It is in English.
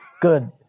Good